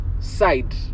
side